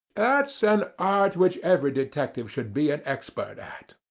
that's an art which every detective should be an expert at.